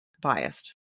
biased